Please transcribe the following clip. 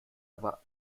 aber